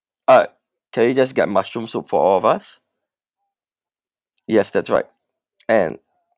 ah can we just get mushroom soup for all of us yes that's right and